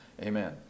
Amen